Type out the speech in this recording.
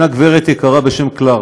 התשע"ז 2017, בקריאה ראשונה.